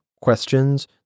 questions